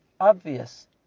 obvious